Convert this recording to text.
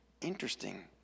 interesting